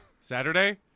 Saturday